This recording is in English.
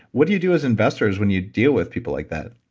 what do you do as investors when you deal with people like that?